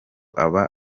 aba